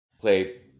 play